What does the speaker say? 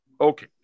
Okay